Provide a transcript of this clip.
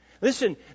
Listen